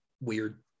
weird